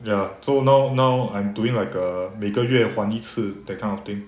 ya so now now I'm doing like err 每个月还一次 that kind of thing